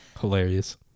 Hilarious